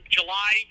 July